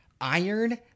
iron